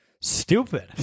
stupid